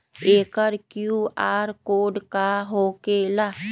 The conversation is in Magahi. एकर कियु.आर कोड का होकेला?